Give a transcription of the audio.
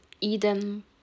Eden